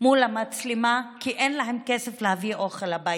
מול המצלמה כי אין להם כסף להביא אוכל הביתה,